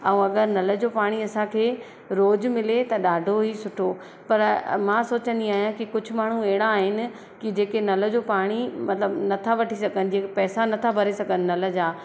ऐं अगरि नल जो पाणी असांखे रोज़ु मिले त ॾाढो ई सुठो पर मां सोचिंदी आहियां की कुझु माण्हू अहिड़ा आहिनि की जेके नल जो पाणी मतिलबु नथा वठी सघनि जेके पैसा नथा भरे सघनि नल जा